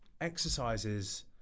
exercises